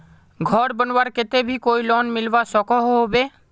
घोर बनवार केते भी कोई लोन मिलवा सकोहो होबे?